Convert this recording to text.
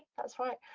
that's right.